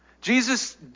Jesus